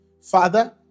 Father